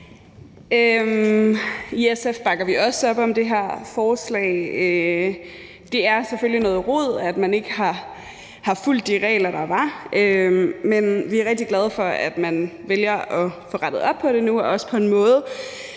I SF bakker vi også op om det her forslag. Det er selvfølgelig noget rod, at man ikke har fulgt de regler, der var, men vi er rigtig glade for, at man vælger at få rettet op på det nu og på en måde,